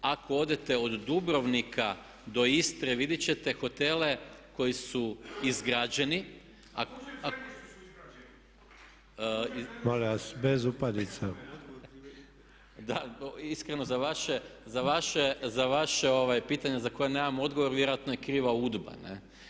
Ako odete od Dubrovnika do Istre vidjeti ćete hotele koji su izgrađeni …… [[Upadica se ne čuje.]] [[Upadica: Molim vas bez upadica.]] Da, iskreno za vaše pitanje za koje nemam odgovor vjerojatno je kriva UDBA.